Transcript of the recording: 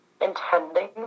intending